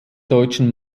deutschen